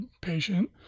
patient